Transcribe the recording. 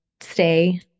stay